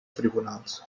tribunals